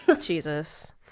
Jesus